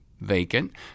vacant